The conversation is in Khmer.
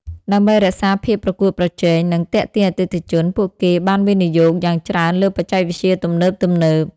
ដើម្បីរក្សាភាពប្រកួតប្រជែង និងទាក់ទាញអតិថិជន ពួកគេបានវិនិយោគយ៉ាងច្រើនលើបច្ចេកវិទ្យាទំនើបៗ។